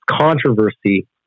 controversy